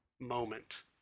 moment